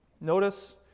Notice